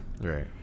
Right